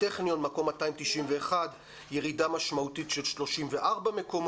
הטכניון מקום 291, ירידה משמעותית של 34 מקומות.